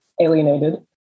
alienated